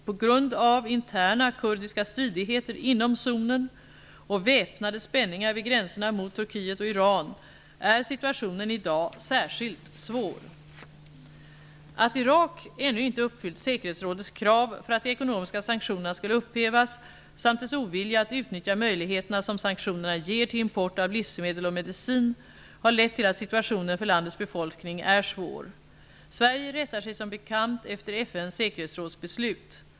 På grund av interna kurdiska stridigheter inom zonen och väpnade spänningar vid gränserna mot Turkiet och Iran är situationen i dag särskilt svår. Att Irak ännu inte uppfyllt säkerhetsrådets krav för att de ekonomiska sanktionerna skall upphävas, samt dess ovilja att utnyttja möjligheterna som sanktionerna ger till import av livsmedel och medicin, har lett till att situationen för landets befolkning är svår. Sverige rättar sig som bekant efter FN:s säkerhetsråds beslut.